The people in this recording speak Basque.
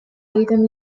egiten